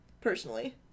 Personally